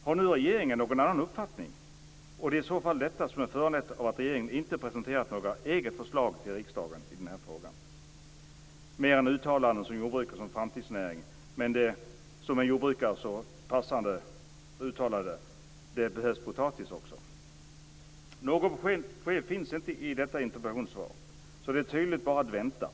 Har nu regeringen en annan uppfattning? Är det i så fall detta som har föranlett att regeringen inte har presenterat något eget förslag till riksdagen i frågan, bortsett från uttalanden om "jordbruket som framtidsnäring"? Som en jordbrukare så passande har uttalat behövs det också potatis. Något besked ges inte i detta interpellationssvar, så det är tydligen bara att vänta.